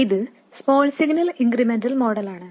ഇത് small signal incremental മോഡലാണ്